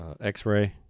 X-ray